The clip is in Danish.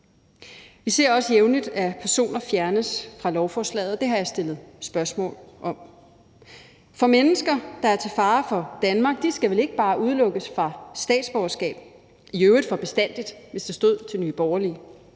Vi ser også jævnligt, at personer fjernes fra lovforslaget. Det har jeg stillet spørgsmål om. For mennesker, der er til fare for Danmark, skal ikke bare udelukkes fra statsborgerskab – i øvrigt for bestandig, hvis det stod til Nye Borgerlige.